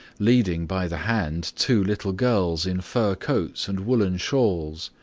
leading by the hand two little girls in fur coats and woolen shawls.